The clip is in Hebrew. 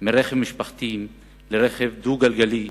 מרכב משפחתי לרכב דו-גלגלי,